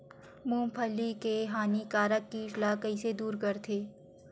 मूंगफली के हानिकारक कीट ला कइसे दूर करथे?